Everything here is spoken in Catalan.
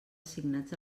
assignats